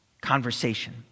conversation